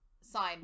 sign